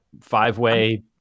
five-way